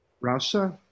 Russia